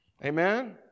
Amen